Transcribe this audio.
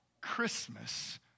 Christmas